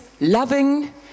loving